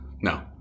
No